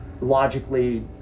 logically